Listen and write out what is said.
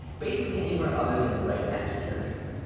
basically, anywhere other than right at the interviewer.